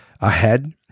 ahead